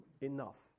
enough